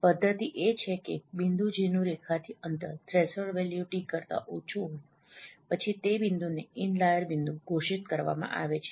પદ્ધતિ એ છે કે બિંદુ જેનું રેખાથી અંતર થ્રેશોલ્ડ વેલ્યુ ટી કરતા ઓછું હોય પછી તે બિંદુને ઇનલાઈર બિંદુ ઘોષિત કરવામાં આવે છે